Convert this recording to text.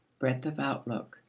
breadth of outlook,